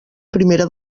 primera